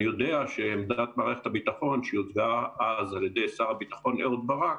אני יודע שעמדת מערכת הביטחון שהוצגה אז על ידי שר הביטחון אהוד ברק